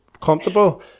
comfortable